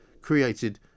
created